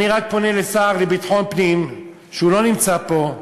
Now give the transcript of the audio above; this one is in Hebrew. אני רק פונה לשר לביטחון פנים, שלא נמצא פה,